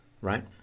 right